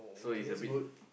okay that's good